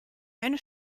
eine